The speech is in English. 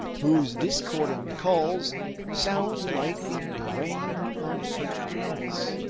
whose discordant calls sound like the braying of an ass.